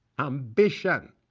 ambition